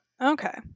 Okay